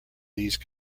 these